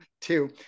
two